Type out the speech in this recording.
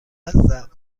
هستم